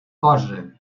cosa